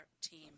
team